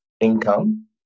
income